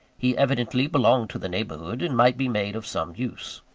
he evidently belonged to the neighbourhood, and might be made of some use.